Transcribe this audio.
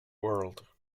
world